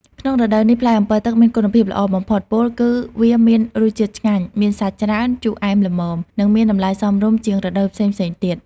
ក្នុងរដូវនេះ ផ្លែអម្ពិលទឹកមានគុណភាពល្អបំផុត ពោលគឺវាមានរសជាតិឆ្ងាញ់ មានសាច់ច្រើន ជូរអែមល្មម និងមានតម្លៃសមរម្យជាងរដូវផ្សេងៗទៀត។